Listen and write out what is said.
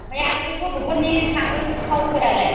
आमफाय आरो बे गथ'फोरनि साबोन थावफोरालाय